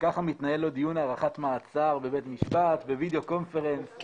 וככה מתנהל לו דיון הארכת מעצר בבית משפט בווידאו קונפרנס,